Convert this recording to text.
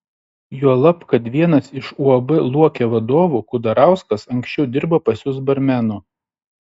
juolab kad vienas iš uab luokė vadovų kudarauskas anksčiau dirbo pas jus barmenu